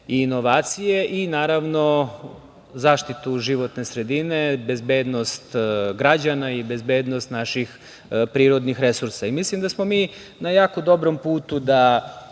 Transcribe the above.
i inovacije i, naravno, zaštitu životne sredine, bezbednost građana i bezbednost naših prirodnih resursa. Mislim da smo mi na jako dobrom putu da